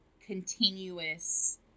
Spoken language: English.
continuous